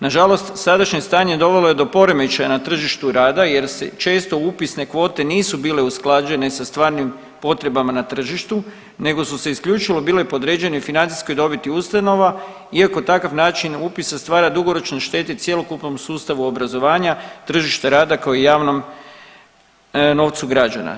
Nažalost sadašnje dovelo je do poremećaja na tržištu rada jer se često upisne kvote nisu bile usklađene sa stvarnim potrebama na tržištu nego su se isključivo bile podređene financijskoj dobiti ustanova iako takav način upisa stvara dugoročnu štetu cjelokupnom sustavu obrazovanja tržište rada kao javnom novcu građana.